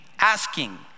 asking